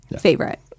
favorite